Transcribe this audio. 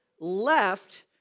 left